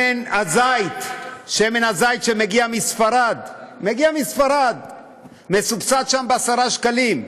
שמן הזית שמגיע מספרד מסובסד שם ב-10 שקלים,